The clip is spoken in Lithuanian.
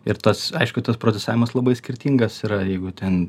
ir tas aišku tas protestavimas labai skirtingas yra jeigu ten